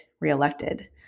reelected